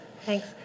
thanks